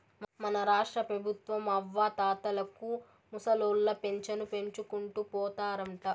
మన రాష్ట్రపెబుత్వం అవ్వాతాతలకు ముసలోళ్ల పింఛను పెంచుకుంటూ పోతారంట